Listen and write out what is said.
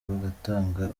bagatanga